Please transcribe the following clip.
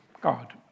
God